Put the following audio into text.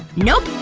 nope.